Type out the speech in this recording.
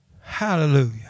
Hallelujah